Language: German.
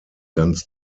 ganz